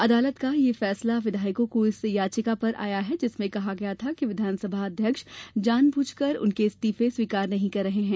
अदालत का यह फैसला विधायकों की उस याचिका पर आया है जिसमें कहा गया था कि विधानसभ अध्यक्ष जानबूझकर उनके इस्तीफे स्वीकार नहीं कर रहे हैं